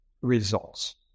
Results